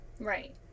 right